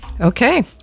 Okay